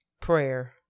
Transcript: prayer